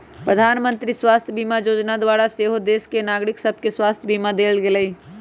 प्रधानमंत्री स्वास्थ्य बीमा जोजना द्वारा सेहो देश के नागरिक सभके स्वास्थ्य बीमा देल गेलइ